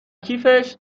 کیفش